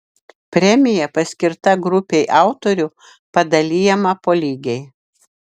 premija paskirta grupei autorių padalijama po lygiai